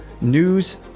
news